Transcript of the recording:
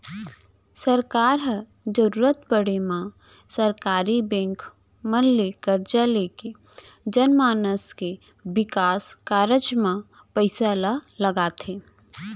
सरकार ह जरुरत पड़े म सरकारी बेंक मन ले करजा लेके जनमानस के बिकास कारज म पइसा ल लगाथे